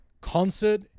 concert